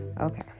Okay